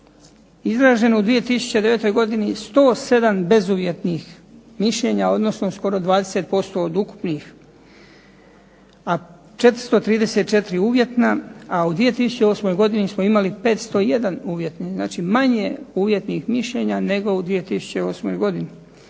izraženo u 2009. godini 107 bezuvjetnih mišljenja odnosno skoro 20% od ukupnih a 434 uvjetna a u 2008. godini smo imali 501 uvjetnih. Znači, manje uvjetnih mišljenja nego u 2008. godini